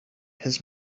his